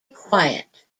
quiet